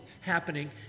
happening